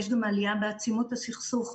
יש גם עלייה בעצימות הסכסוך.